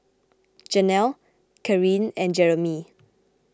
Jenelle Karyn and Jeremey